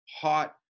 hot